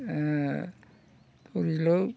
धरिल'